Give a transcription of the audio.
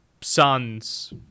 sons